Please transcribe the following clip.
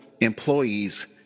employees